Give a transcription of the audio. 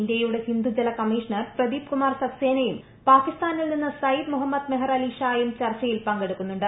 ഇന്ത്യയുടെ സിന്ധു ജല കമ്മീഷണർ പ്രദീപ് കുമാർ സക്സേനയും പാകിസ്ഥാനിൽ നിന്ന് സയ്യിദ് മുഹമ്മദ് മെഹർ അലി ഷായും ചർച്ചയിൽ പങ്കെടുക്കുന്നുണ്ട്